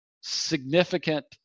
significant